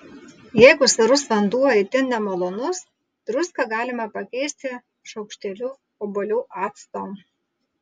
jeigu sūrus vanduo itin nemalonus druską galima pakeisti šaukšteliu obuolių acto